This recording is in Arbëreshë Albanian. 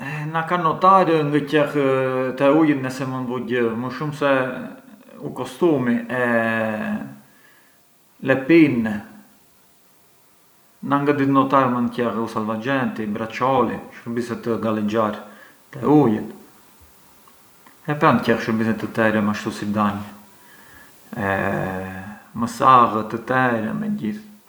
E na ka notar ngë qell, te ujët ne se mënd vu gjë, më shumë se u costumi e le pinne, na ngë di notar mënd qell u salvagenti, i braccioli, shurbise sa të galexhar te ujët e pran qell shurbiset të terem ashtu si danj e mësallët të terem e gjithë.